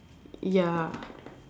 ya